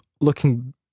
looking